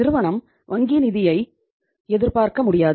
நிறுவனம் வங்கி நிதியை எதிர்பார்க்க முடியாது